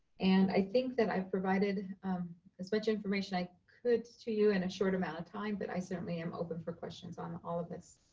and i think that i've provided as much information as i could to you in a short amount of time. but i certainly am open for questions on all of this.